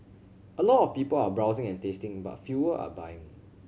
a lot of people are browsing and tasting but fewer are buying